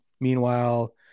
Meanwhile